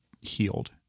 healed